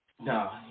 No